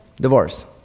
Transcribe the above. Divorce